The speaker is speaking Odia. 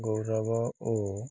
ଗୌରବ ଓ